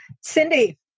Cindy